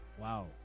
Wow